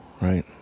right